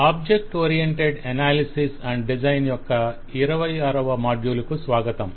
object oriented analysis మరియు design యొక్క 26 వ మాడ్యూల్ కు స్వాగతం